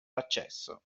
l’accesso